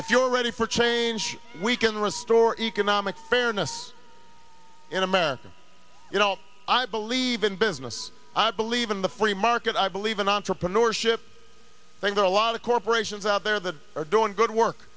if you're ready for change we can restore economic fairness in america you know i believe in business i believe in the free market i believe in entrepreneurship thing there are a lot of corporations out there that are doing good work